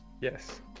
Yes